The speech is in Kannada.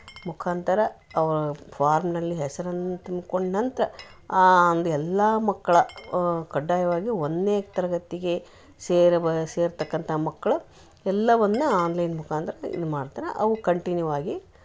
ಮುಖಾಂತರ ಫಾರ್ಮ್ನಲ್ಲಿ ಹೆಸರನ್ನು ತುಂಬ್ಕೊಂಡು ನಂತರ ಒಂದು ಎಲ್ಲಾ ಮಕ್ಕಳು ಕಡ್ಡಾಯವಾಗಿ ಒಂದನೇ ತರಗತಿಗೆ ಸೇರಿ ಬೆ ಸೇರ್ತಕ್ಕಂಥ ಮಕ್ಕಳು ಎಲ್ಲವನ್ನ ಆನ್ಲೈನ್ ಮುಖಾಂತರ ಇದು ಮಾಡ್ತಾರ ಅವು ಕಂಟಿನ್ಯುವಾಗಿ